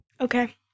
Okay